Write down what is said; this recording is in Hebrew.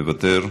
מוותר,